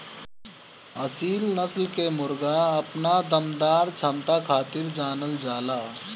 असील नस्ल के मुर्गा अपना दमदार क्षमता खातिर जानल जाला